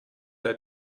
der